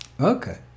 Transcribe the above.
Okay